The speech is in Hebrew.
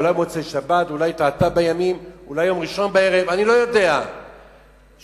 ותעבור לוועדת הכלכלה להכנתה לקריאה שנייה וקריאה שלישית.